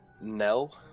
Nell